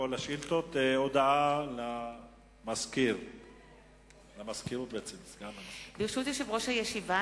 השר לביטחון פנים ביום י"א